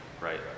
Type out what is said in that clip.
right